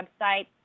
website